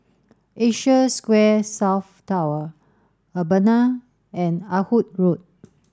Asia Square South Tower Urbana and Ah Hood Road